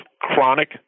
chronic